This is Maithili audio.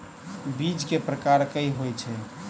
बीज केँ प्रकार कऽ होइ छै?